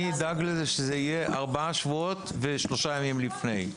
אני אדאג לזה שזה יהיה ארבעה שבועות ושלושה ימים לפני.